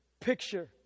picture